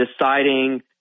deciding